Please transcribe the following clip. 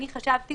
אני חשבתי